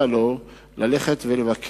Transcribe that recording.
המהווה סיכון ממשי לבריאות של כולם,